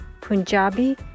Punjabi